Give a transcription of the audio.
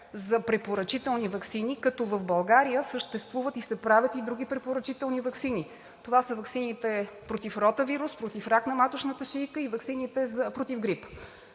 за препоръчителни ваксини? В България съществуват и се правят и други препоръчителни ваксини. Това са ваксините против ротавирус, против рак на маточната шийка и ваксините против грип.